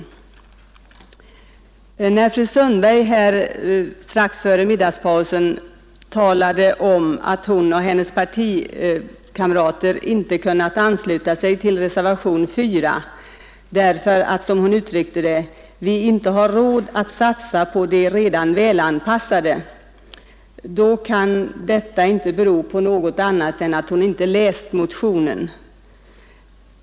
När fru Sundberg här strax före middagspausen talade om att hon och hennes partikamrater inte kunnat ansluta sig till reservationen 4 därför att, som hon uttryckte det, ”vi inte har råd att satsa på de redan välanpassade”, då kan detta inte bero på något annat än att hon inte läst motionen.